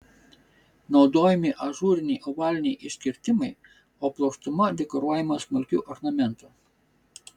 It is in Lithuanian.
naudojami ažūriniai ovaliniai iškirtimai o plokštuma dekoruojama smulkiu ornamentu